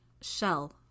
Shell